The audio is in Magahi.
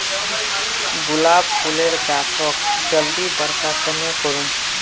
गुलाब फूलेर गाछोक जल्दी बड़का कन्हे करूम?